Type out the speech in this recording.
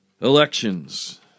Elections